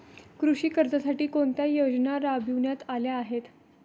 कृषी कर्जासाठी कोणत्या योजना राबविण्यात आल्या आहेत?